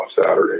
Saturday